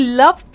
love